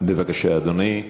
בבקשה, אדוני.